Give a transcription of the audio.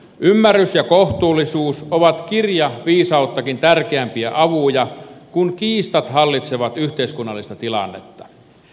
ymmärrys ja kohtuullisuus ovat kirjaviisauttakin tärkeämpiä avuja kun kiistat hallitsevat yhteiskunnallista tilannetta